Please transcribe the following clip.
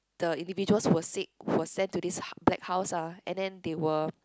the individuals were sick were sent to this black house ah and then they were